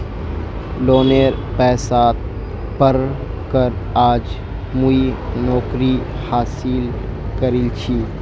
लोनेर पैसात पढ़ कर आज मुई नौकरी हासिल करील छि